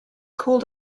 called